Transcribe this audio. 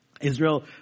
Israel